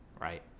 right